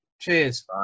Cheers